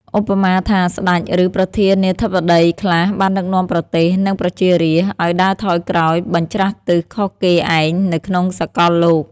ឧបមាថា ស្តេច ឬ ប្រធានាធិបតីខ្លះ បានដឹកនាំប្រទេស និង ប្រជារាស្ត្រ ឲ្យដើរថយក្រោយ បញ្ច្រាសទិស ខុសគេឯង នៅក្នុងសកលលោក។